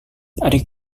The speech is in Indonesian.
adik